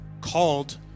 called